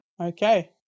Okay